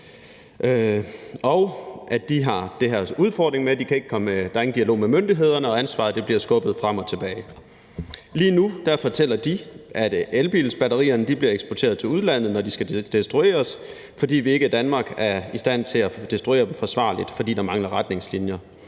har de altså en udfordring med, og der er ingen dialog med myndighederne, og ansvaret bliver skubbet frem og tilbage. Lige nu fortæller de, at elbilsbatterierne bliver eksporteret til udlandet, når de skal destrueres, fordi vi ikke her i Danmark er i stand til at destruere dem forsvarligt, fordi der mangler retningslinjer.